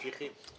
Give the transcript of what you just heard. ממשיכים.